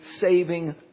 saving